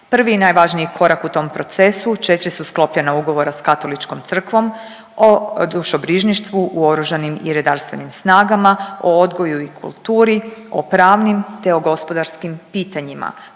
Prvi i najvažniji korak u tom procesu, 4 su sklopljena ugovora s Katoličkom crkvom o dušebrižništvu u oružanim i redarstvenim snagama, o odgoju i kulturi, o pravnim te o gospodarskim pitanjima,